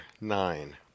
nine